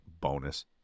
bonus